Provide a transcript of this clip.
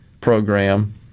program